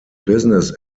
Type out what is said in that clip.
business